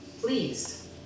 Please